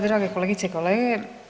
Drage kolegice i kolege.